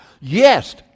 Yes